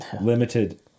limited